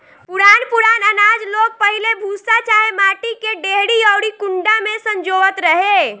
पुरान पुरान आनाज लोग पहिले भूसा चाहे माटी के डेहरी अउरी कुंडा में संजोवत रहे